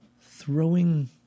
throwing